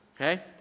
okay